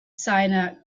seine